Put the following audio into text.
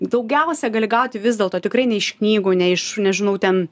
daugiausiai gali gauti vis dėlto tikrai ne iš knygų ne iš nežinau ten